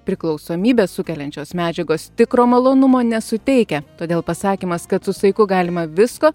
priklausomybę sukeliančios medžiagos tikro malonumo nesuteikia todėl pasakymas kad su saiku galima visko